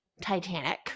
Titanic